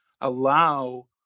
allow